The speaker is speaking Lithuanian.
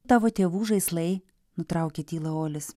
tavo tėvų žaislai nutraukė tylą olis